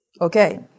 Okay